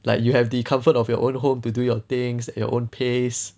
like you have the comfort of your own home to do your things at your own pace